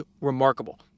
remarkable